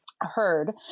heard